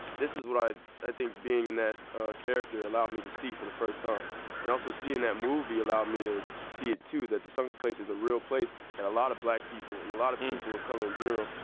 this is what i i think being in that character allowed me to see for the first time and also, seeing that movie allowed me to see it, too, that the sunken place is a real place that a lot of black people and a lot of people of color, in general,